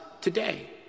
today